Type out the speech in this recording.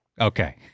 Okay